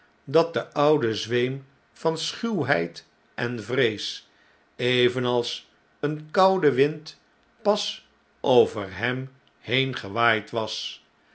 dat de oude zweem van schuwheid en vrees evenals een koude wind pas over hem been gewaaid was